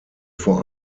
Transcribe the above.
vor